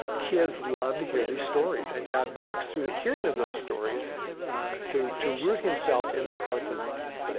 kids love to hear these stories and god works through the hearing of those stories to to root himself in their hearts and minds.